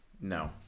No